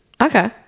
Okay